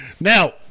Now